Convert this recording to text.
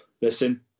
listen